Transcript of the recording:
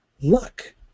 luck